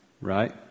Right